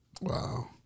Wow